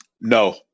no